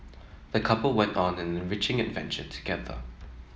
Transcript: the couple went on an enriching adventure together